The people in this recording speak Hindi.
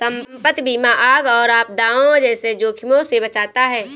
संपत्ति बीमा आग और आपदाओं जैसे जोखिमों से बचाता है